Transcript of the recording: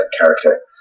character